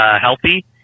healthy